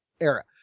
era